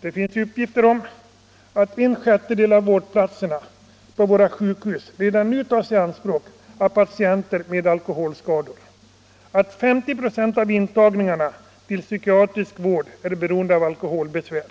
Det finns uppgifter om att en sjättedel av vårdplatserna på våra sjukhus redan nu tas i anspråk av patienter med alkoholskador — att 50 26 av intagningarna till psykiatrisk vård beror på alkoholbesvär.